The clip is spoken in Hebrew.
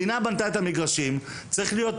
אימון טוב יותר, מגרשי אימון טובים יותר, משחקים.